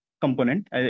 component